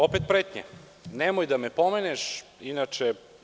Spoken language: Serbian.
Opet pretnje – nemoj da me pomeneš, inače…